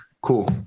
Cool